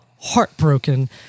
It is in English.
heartbroken